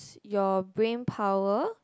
your brain power